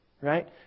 right